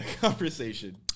conversation